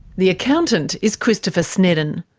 the accountant is christopher sneddon.